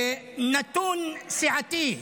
נתון סיעתי,